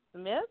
Smith